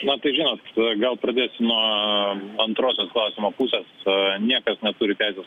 na žinot gal pradėsiu nuo antrosios klausimo pusės niekas neturi teisės